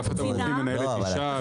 את אגף התמרוקים מנהלת אישה,